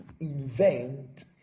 invent